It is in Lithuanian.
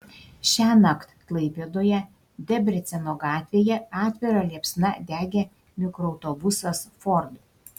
šiąnakt klaipėdoje debreceno gatvėje atvira liepsna degė mikroautobusas ford